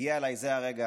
הגיע אליי זה הרגע